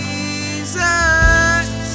Jesus